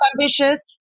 ambitious